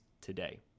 today